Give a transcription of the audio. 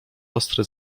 ostry